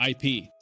ip